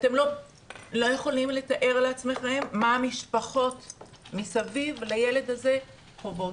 אתם לא יכולים לתאר לעצמכם מה המשפחות מסביב לילד כזה חוות.